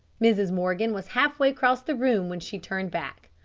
mrs. morgan was half-way across the room when she turned back.